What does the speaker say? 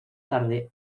tarde